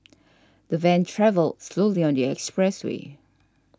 the van travelled slowly on the expressway